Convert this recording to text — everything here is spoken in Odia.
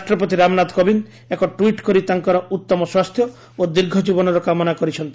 ରାଷ୍ଟ୍ରପତି ରାମନାଥ କୋବିନ୍ଦ୍ ଏକ ଟ୍ୱିଟ୍ କରି ତାଙ୍କ ଉତ୍ତମ ସ୍ୱାସ୍ଥ୍ୟ ଓ ଦୀର୍ଘ ଜୀବନର କାମନା କରିଛନ୍ତି